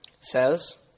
says